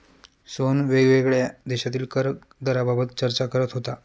सोहन वेगवेगळ्या देशांतील कर दराबाबत चर्चा करत होता